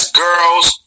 girls